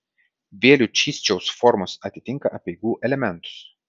vėlių čysčiaus formos atitinka apeigų elementus